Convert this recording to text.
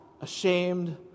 ashamed